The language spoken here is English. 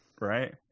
Right